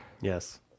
yes